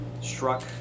struck